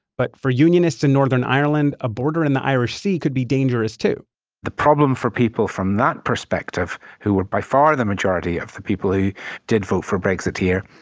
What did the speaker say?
but for unionists in northern ireland, a border in the irish sea could be dangerous, too the problem for people from that perspective, who were by far the majority of the people who did vote for brexit here,